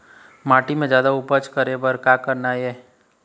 माटी म जादा उपज करे बर का करना ये?